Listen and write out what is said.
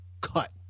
Cut